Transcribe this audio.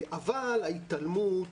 אבל ההתעלמות